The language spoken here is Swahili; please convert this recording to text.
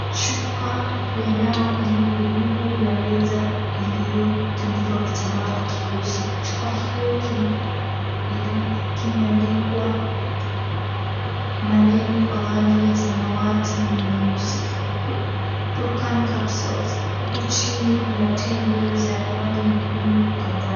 Chupa ya dawa iliyo juu ya meza iliyotandikwa kitambara cheusi. Chupa hiyo kimeandikwa maneno kwa rangi ya samawati na nyeusi, BRUCAN CAPSULE, huku chini kuna tembe za rangi nyekundu kadhaa.